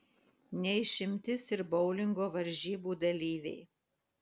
ne išimtis ir boulingo varžybų dalyviai